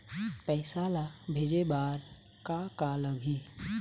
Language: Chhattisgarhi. पैसा ला भेजे बार का का लगही?